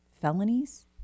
felonies